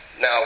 Now